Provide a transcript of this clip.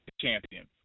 champion